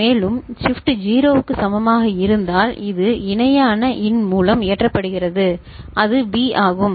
மேலும் ஷிப்ட் 0 க்கு சமமாக இருந்தால் இது இணையான இன் மூலம் ஏற்றப்படுகிறது அது பி ஆகும்